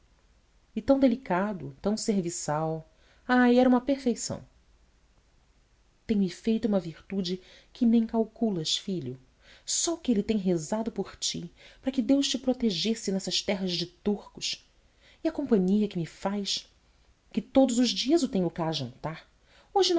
e tão delicado tão serviçal ai era uma perfeição tem-me feito uma virtude que nem calculas filho só o que ele tem rezado por ti para que deus te protegesse nessas terras de turcos e a companhia que me faz que todos os dias o tenho cá a jantar hoje